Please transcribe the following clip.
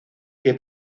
que